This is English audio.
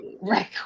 right